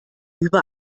über